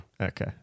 Okay